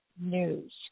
news